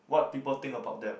what people think about them